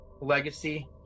Legacy